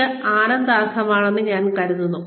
അത് അഭിനന്ദനാർഹമാണെന്ന് ഞാൻ കരുതുന്നു